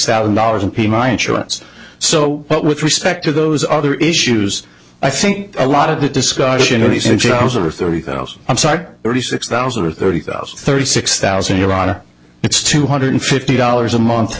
thousand dollars and pay my insurance so what with respect to those other issues i think a lot of the discussion of these new jobs or thirty thousand i'm sorry thirty six thousand or thirty thousand thirty six thousand euro it's two hundred fifty dollars a month